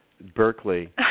Berkeley